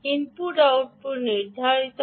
input output নির্ধারিত হয়